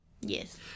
Yes